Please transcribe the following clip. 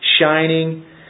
shining